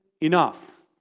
enough